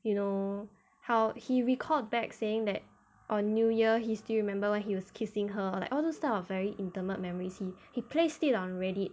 you know how he recalled back saying that on new year he still remember when he was kissing her like all those type of very intimate memories he he placed it on reddit